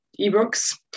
ebooks